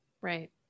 Right